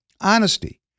honesty